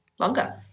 Longer